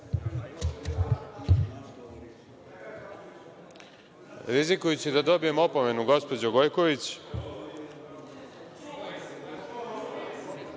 Rizikujući da dobijem opomenu, gospođo Gojković,